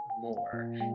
more